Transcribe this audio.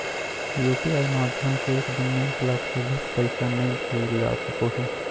UPI माध्यम से एक दिन में एक लाख से अधिक पैसा नय भेजल जा सको हय